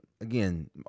Again